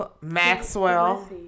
Maxwell